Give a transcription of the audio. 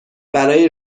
برای